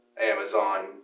Amazon